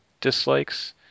dislikes